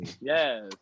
Yes